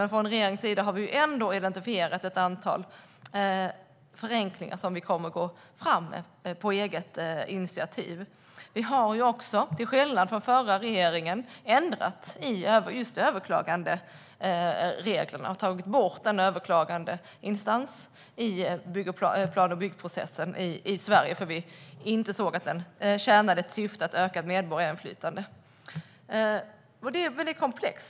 Men regeringen har ändå identifierat ett antal förenklingar som vi kommer att gå vidare med på eget initiativ. Till skillnad från den förra regeringen har vi ändrat i överklagandereglerna och tagit bort en överklagandeinstans i plan och byggprocessen i Sverige. Vi såg att den inte tjänade syftet med ett ökat medborgarinflytande. Frågan är komplex.